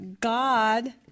God